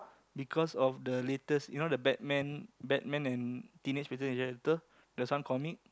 because of the latest you know the Batman Batman and Teenage-Mutant-Ninja-Turtle there's some comic